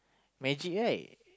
magic right